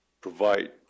provide